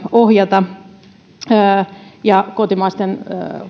ohjata kotimaisten